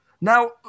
Now